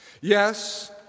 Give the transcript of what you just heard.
Yes